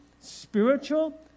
spiritual